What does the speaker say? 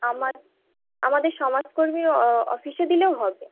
আমার আমাদের সমাজকর্মী অ অফিসে দিলেও হবে